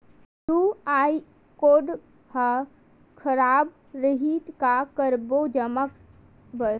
QR code हा खराब रही का करबो जमा बर?